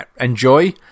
enjoy